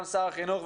גם שר החינוך.